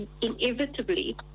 inevitably